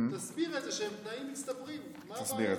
תסביר את זה שהם תנאים מצטברים, מה הבעיה?